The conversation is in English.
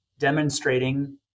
demonstrating